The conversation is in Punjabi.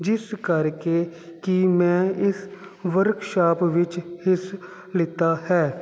ਜਿਸ ਕਰਕੇ ਕਿ ਮੈਂ ਇਸ ਵਰਕਸ਼ਾਪ ਵਿੱਚ ਹਿੱਸਾ ਲਿੱਤਾ ਹੈ